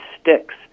sticks